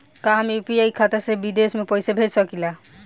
का हम यू.पी.आई खाता से विदेश म पईसा भेज सकिला?